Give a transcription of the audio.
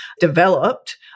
developed